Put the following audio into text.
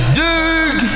dig